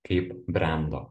kaip brendo